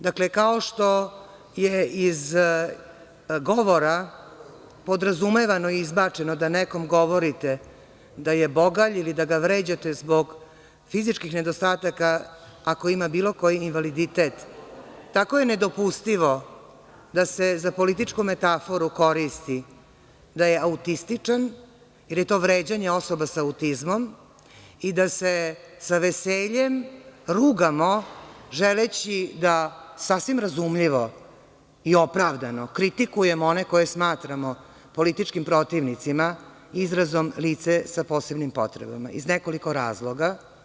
Dakle, kao što je iz govora podrazumevano, izbačeno da nekom govorite da je bogalj ili da ga vređate zbog fizičkih nedostataka ako ima bilo koji invaliditet, tako je nedopustivo da se za političku metaforu koristi da je autističan, jer je to vređanje osoba sa autizmom, i da se sa veseljem rugamo, želeći da sasvim razumljivo i opravdano kritikujemo one koje smatramo političkim protivnicima izrazom „lice sa posebnim potrebama“, i to iz nekoliko razloga.